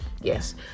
Yes